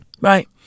right